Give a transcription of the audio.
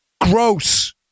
gross